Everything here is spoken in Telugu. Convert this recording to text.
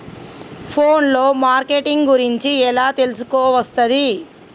ఫోన్ లో మార్కెటింగ్ గురించి ఎలా తెలుసుకోవస్తది?